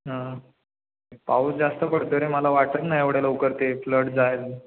हां पाऊस जास्त पडतो रे मला वाटत नाही एवढ्या लवकर ते फ्लड जाईल